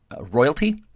royalty